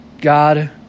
God